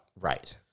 Right